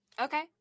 Okay